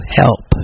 help